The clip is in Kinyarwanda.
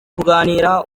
kuganira